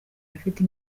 afite